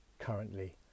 currently